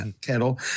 kettle